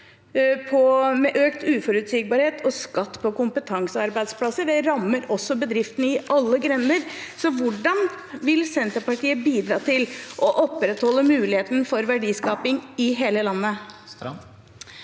med økt uforutsigbarhet og skatt på kompetansearbeidsplasser, rammer også bedriftene i alle grender. Hvordan vil Senterpartiet bidra til å opprettholde muligheten for verdiskaping i hele landet?